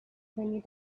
twenty